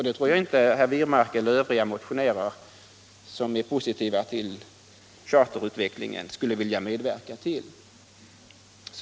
Det tror jag inte att herr Wirmark eller övriga motionärer som är positiva till charterutvecklingen skulle vilja medverka till.